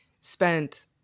spent